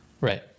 Right